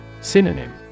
Synonym